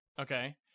Okay